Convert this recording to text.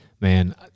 man